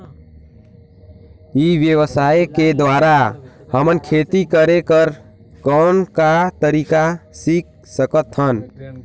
ई व्यवसाय के द्वारा हमन खेती करे कर कौन का तरीका सीख सकत हन?